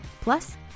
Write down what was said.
Plus